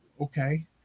okay